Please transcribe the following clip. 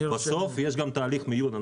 בסוף יש גם תהליך מיון.